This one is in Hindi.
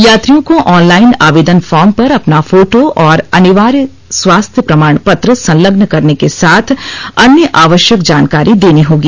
यात्रियों को ऑनलाइन आवेदन फार्म पर अपना फोटो और अनिवार्य स्वास्थ्य प्रमाणपत्र संलग्न करने के साथ अन्य आवश्यक जानकारी देनी होगी